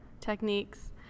techniques